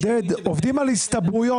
עודד, עובדים על הסתברויות.